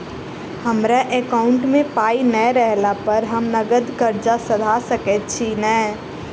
हमरा एकाउंट मे पाई नै रहला पर हम नगद कर्जा सधा सकैत छी नै?